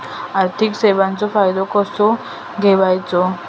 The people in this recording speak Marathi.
आर्थिक सेवाचो फायदो कसो घेवचो?